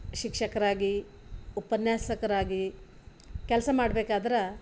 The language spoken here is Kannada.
ಶಿಕ್ಷಕರಾಗಿ ಉಪನ್ಯಾಸಕರಾಗಿ ಕೆಲಸ ಮಾಡ್ಬೇಕಾದ್ರೆ